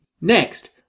Next